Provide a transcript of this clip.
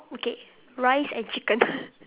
okay rice and chicken